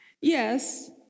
Yes